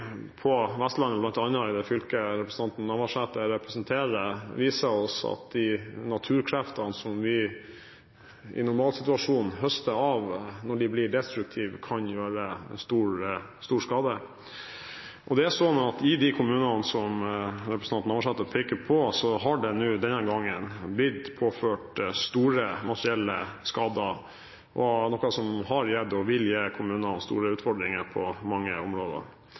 i det fylket representanten Navarsete representerer, viser oss at de naturkreftene som vi i en normalsituasjon høster av, kan bli destruktive og gjøre stor skade. De kommunene som representanten Navarsete peker på, har denne gangen blitt påført store materielle skader, noe som har gitt og vil gi kommunene store utfordringer på mange områder.